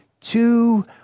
two